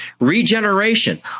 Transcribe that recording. regeneration